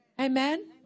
Amen